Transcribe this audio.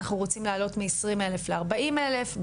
אנחנו רוצים לעלות מ-20 אלף ל-40 אלף,